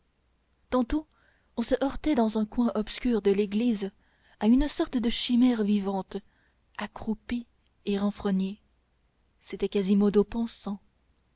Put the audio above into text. tantôt on se heurtait dans un coin obscur de l'église à une sorte de chimère vivante accroupie et renfrognée c'était quasimodo pensant